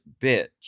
bitch